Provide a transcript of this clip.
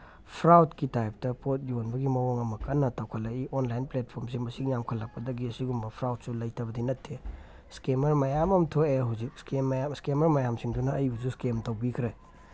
ꯐ꯭ꯔꯥꯎꯠꯀꯤ ꯇꯥꯞꯇ ꯄꯣꯠ ꯌꯣꯟꯕꯒꯤ ꯃꯑꯣꯡ ꯑꯃ ꯀꯟꯅ ꯇꯧꯈꯠꯂꯛꯏ ꯑꯣꯟꯂꯥꯏꯟ ꯄ꯭ꯂꯦꯠꯐꯣꯝꯁꯤ ꯃꯁꯤꯡ ꯌꯥꯝꯈꯠꯂꯛꯄꯗꯒꯤ ꯑꯁꯤꯒꯨꯝꯕ ꯐ꯭ꯔꯥꯎꯠꯁꯨ ꯂꯩꯇꯕꯗꯤ ꯅꯠꯇꯦ ꯏꯁꯀꯦꯃꯔ ꯃꯌꯥꯝ ꯑꯃ ꯊꯣꯛꯑꯦ ꯍꯧꯖꯤꯛ ꯏꯁꯀꯦꯝ ꯏꯁꯀꯦꯃꯔ ꯃꯌꯥꯝꯁꯤꯡꯗꯨꯅ ꯑꯩꯕꯨꯁꯨ ꯏꯁꯀꯦꯝ ꯇꯧꯕꯤꯈ꯭ꯔꯦ